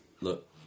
Look